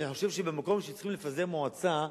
אני חושב שבמקום שצריכים לפזר מועצה,